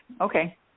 Okay